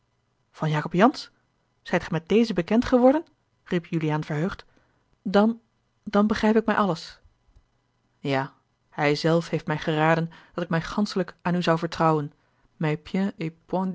van jacob jansz zijt gij met dezen bekend geworden riep juliaan verheugd dan dan begrijp ik mij alles ja hij zelf heeft mij geraden dat ik mij ganschelijk aan u zou vertrouwen mij